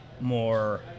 more